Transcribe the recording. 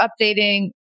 updating